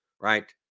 right